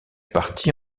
partie